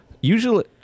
usually